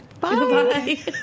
Bye